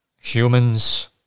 Humans